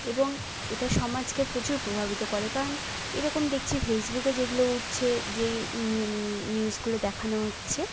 এবং এটা সমাজকে প্রচুর প্রভাবিত করে কারণ এরকম দেখছি ফেসবুকে যেইগুলো উঠছে যেই নিউসগুলো দেখানো হচ্ছে